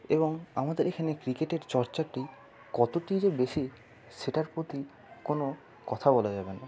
এবং আমাদের এখানে ক্রিকেটের চর্চাটি কতটিই যে বেশি সেটার প্রতি কোনো কথা বলা যাবে না